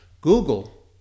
Google